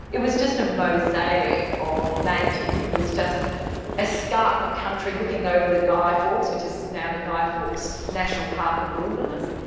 it was just a mosaic of magic. it was just escarpment country looking over the guy fawkes, which is now the guy fawkes national park and wilderness,